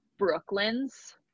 Brooklyns